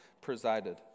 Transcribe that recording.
presided